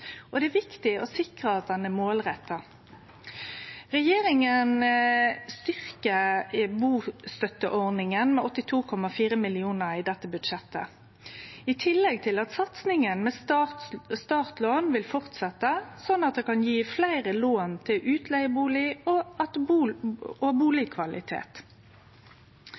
Det er viktig å sikre at han er målretta. Regjeringa styrkjer bustønadsordninga med 82,4 mill. kr i dette budsjettet, og i tillegg vil satsinga med startlån fortsetje, slik at ein kan gje fleire lån til utleigebustad og bustadkvalitet. I tillegg har regjeringa sørgt for at